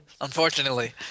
Unfortunately